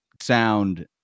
sound